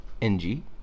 NG